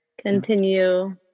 Continue